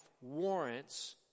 warrants